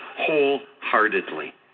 wholeheartedly